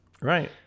Right